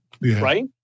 right